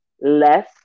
less